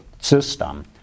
system